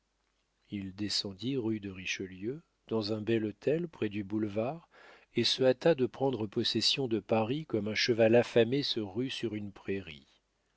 il descendit rue de richelieu dans un bel hôtel près du boulevard et se hâta de prendre possession de paris comme un cheval affamé se rue sur une prairie